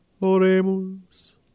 oremus